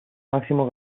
máximo